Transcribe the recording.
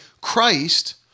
Christ